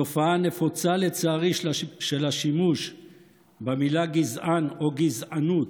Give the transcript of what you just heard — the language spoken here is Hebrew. התופעה הנפוצה של השימוש במילה "גזען" או "גזענות"